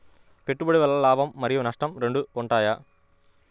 పెట్టుబడి వల్ల లాభం మరియు నష్టం రెండు ఉంటాయా?